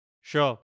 Sure